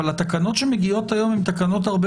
אבל התקנות שמגיעות היום הן תקנות הרבה